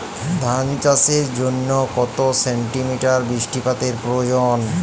ধান চাষের জন্য কত সেন্টিমিটার বৃষ্টিপাতের প্রয়োজন?